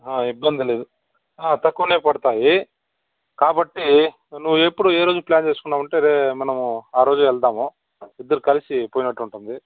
ఇబ్బంది లేదు తక్కువగానే పడుతుంది కాబట్టి నువ్వు ఎప్పుడు ఏ రోజు ప్లాన్ చేసుకున్నావంటే మనము ఆ రోజె వెళదాము ఇద్దరం కలిసి పోయినట్టు ఉంటుంది